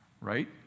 Right